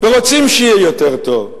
ורוצים שיהיה יותר טוב.